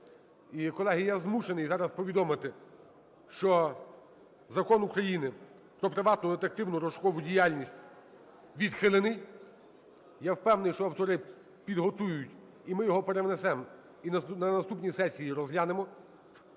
колеги, я змушений зараз повідомити, що Закон України "Про приватну детективну (розшукову) діяльність" відхилений. Я впевнений, що автори підготують і ми його перевнесемо, і на наступній сесії розглянемо.